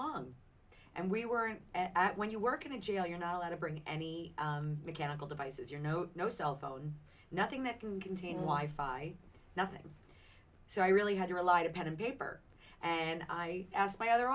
long and we weren't when you work in a jail you're not allowed to bring any mechanical devices you know no cell phone nothing that can contain wife nothing so i really had to rely to pen and paper and i asked my other